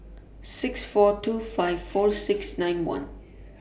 six four two five four six nine one